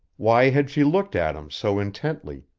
why had she looked at him so intently,